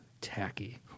tacky